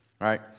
right